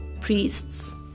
priests